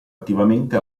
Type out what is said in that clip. attivamente